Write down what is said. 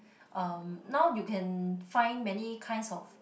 um now you can find many kinds of